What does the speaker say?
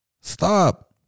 Stop